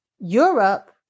Europe